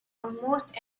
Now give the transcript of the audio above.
almost